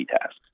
tasks